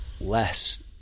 Less